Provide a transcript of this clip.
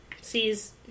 Sees